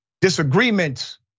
Disagreements